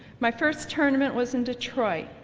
my first tournament was in detroit.